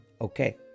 okay